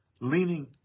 Leaning